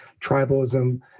tribalism